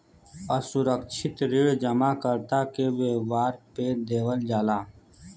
असुरक्षित ऋण जमाकर्ता के व्यवहार पे देवल जाला